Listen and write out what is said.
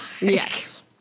Yes